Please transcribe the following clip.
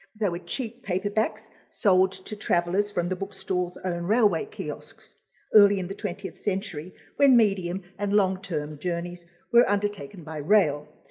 so were cheap paperbacks sold to travelers from the bookstores own railway kiosks early in the twentieth century when medium and long-term journeys were undertaken by rail.